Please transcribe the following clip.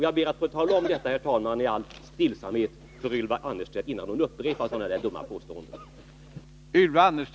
Jag ber att i all stillsamhet få påpeka detta för Ylva Annerstedt, så att hon inte upprepar det dumma påståendet.